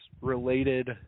related